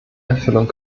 erfüllung